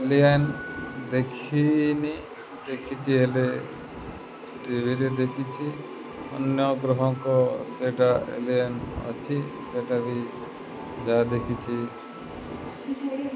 alien ଦେଖିନି ଦେଖିଛି ହେଲେ ଟିଭିରେ ଦେଖିଛି ଅନ୍ୟ ଗ୍ରହଙ୍କ ସେଟା ଏଲିଆନ୍ ଅଛି ସେଟା ବି ଯାହା ଦେଖିଛି